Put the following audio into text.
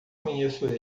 conheço